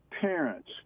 parents